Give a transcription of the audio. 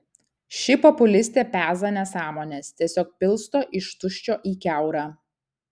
ši populistė peza nesąmones tiesiog pilsto iš tuščio į kiaurą